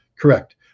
Correct